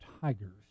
tigers